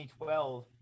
2012